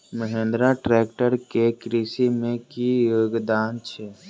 Mahindra tractor केँ कृषि मे की योगदान छै?